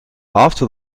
after